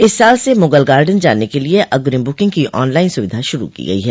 इस साल से मुगल गार्डेन जाने के लिए अग्रिम ब्रकिंग की ऑन लाइन सुविधा शुरु की गई है